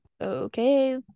okay